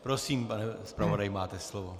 Prosím, pane zpravodaji, máte slovo.